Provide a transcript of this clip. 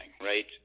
right